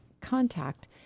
contact